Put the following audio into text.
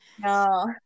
No